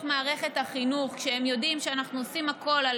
מערכת החינוך כשהם יודעים שאנחנו עושים הכול על